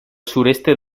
sureste